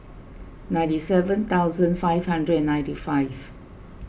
ninety seven thousand five hundred and ninety five